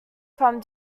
from